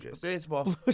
Baseball